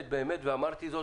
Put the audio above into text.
ואמרתי זאת,